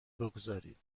بگذارید